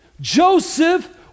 Joseph